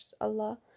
Allah